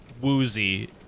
woozy